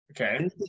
Okay